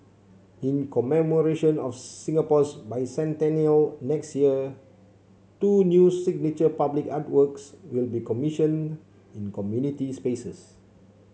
in commemoration of Singapore's Bicentennial next year two new signature public artworks will be commissioned in community spaces